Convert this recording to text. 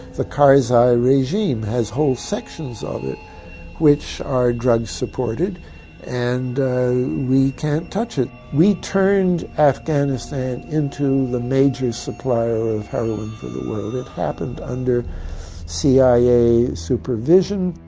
the karzai regime has whole sections of it which are drug supported and we can't touch it. we turned afghanistan into the major supplier of heroin for the world. it happened under cia supervision.